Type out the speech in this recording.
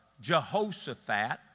Jehoshaphat